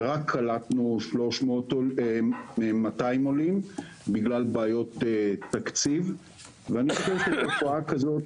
וקלטנו רק 200 עולים בגלל בעיות תקציב ואני חושב שתופעה כזאת